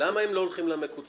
למה הם לא הולכים למקוצר?